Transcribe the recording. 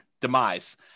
demise